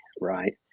right